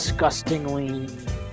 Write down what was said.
Disgustingly